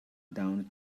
down